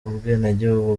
ubwenegihugu